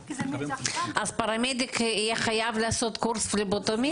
אז פרמדיק יהיה חייב לעשות קורס פלבוטומיסטים?